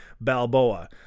Balboa